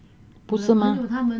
不是吗